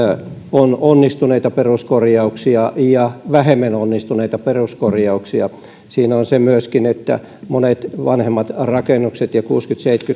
on onnistuneita peruskorjauksia ja vähemmän onnistuneita peruskorjauksia siinä on myöskin se että monet vanhemmat rakennukset ja kuusikymmentä viiva